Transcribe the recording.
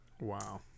Wow